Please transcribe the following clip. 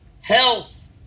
health